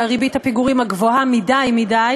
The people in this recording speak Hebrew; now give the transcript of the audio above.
וריבית הפיגורים הגבוהה מדי-מדי,